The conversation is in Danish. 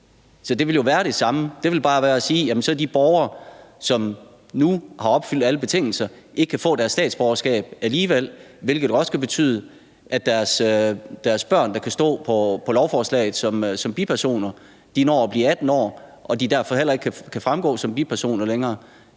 at sige, at de borgere, som nu har opfyldt alle betingelser, ikke kan få deres statsborgerskab alligevel, hvilket jo også kan betyde, at deres børn, som står på lovforslaget som bipersoner, når at blive 18 år og derfor heller ikke længere kan stå som bipersoner.